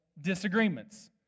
disagreements